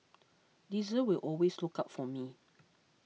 Diesel will always look out for me